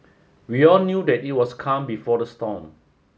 we all knew that it was the calm before the storm